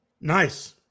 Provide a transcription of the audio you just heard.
nice